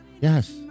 Yes